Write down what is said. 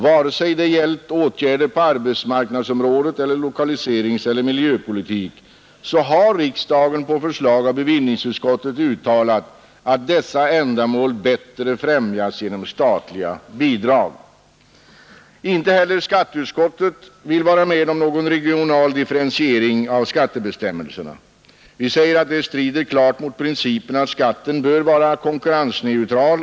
Vare sig det gällt åtgärder på arbetsmarknadsområdet, lokaliseringseller miljöpolitik har riksdagen på förslag av bevillningsutskottet uttalat att dessa ändamål bättre främjas genom statliga bidrag. Inte heller skatteutskottet vill vara med om någon regional differentiering av skattebestämmelserna. Vi säger att det klart strider mot principen att skatten bör vara konkurrensneutral.